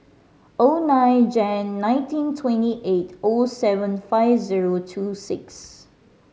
O nine Jan nineteen twenty eight O seven five zero two six